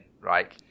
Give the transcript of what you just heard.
right